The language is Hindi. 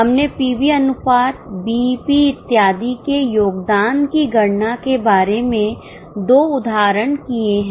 हमने पीवी अनुपात बीईपी इत्यादि के योगदान की गणना के बारे में दो उदाहरण किए हैं